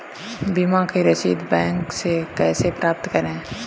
बीमा की रसीद बैंक से कैसे प्राप्त करें?